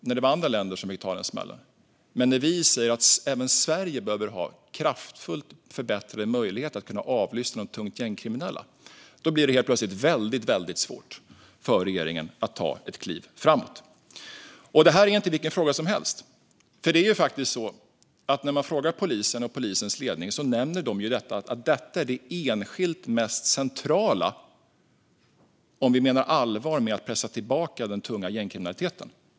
När det var andra länder som fick ta den smällen gick det bra, men när vi säger att även Sverige behöver ha kraftigt förbättrade möjligheter att avlyssna de tungt gängkriminella blir det helt plötsligt svårt för regeringen att ta ett kliv framåt. Detta är inte heller vilken fråga som helst. När man frågar polisen och polisens ledning nämner de att detta är det enskilt mest centrala om vi menar allvar med att pressa tillbaka den tunga gängkriminaliteten.